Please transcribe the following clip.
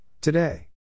today